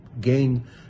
gain